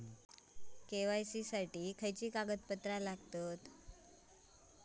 KYC साठी कसली कागदपत्र लागतत?